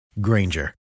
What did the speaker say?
Granger